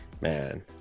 man